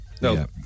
no